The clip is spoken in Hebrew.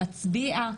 מצביע,